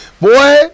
boy